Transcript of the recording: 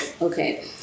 Okay